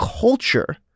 culture